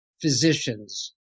physicians